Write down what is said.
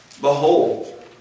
Behold